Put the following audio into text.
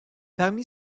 parmi